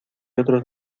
otros